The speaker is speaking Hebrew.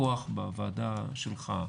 כוח בוועדה, שלך,